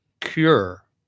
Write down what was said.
cure